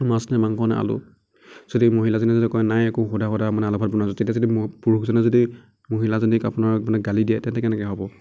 মাছ নে মাংস নে আলু যদি মহিলাজনীয়ে যদি কয় নাই একো শুদা শুদা মানে আলু ভাত বনাইছোঁ তেতিয়া যদি ম পুৰুষজনে যদি মহিলাজনীক আপোনাৰ মানে গালি দিয়ে তেন্তে কেনেকৈ হ'ব